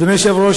אדוני היושב-ראש,